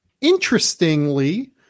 interestingly